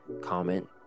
comment